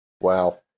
Wow